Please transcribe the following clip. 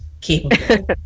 capable